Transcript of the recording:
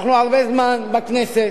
אנחנו הרבה זמן בכנסת